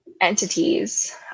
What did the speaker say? entities